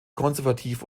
konservativ